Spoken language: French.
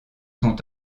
sont